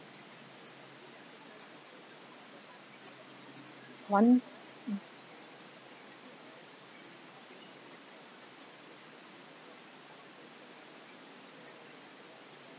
one hmm